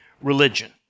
religion